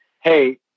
hey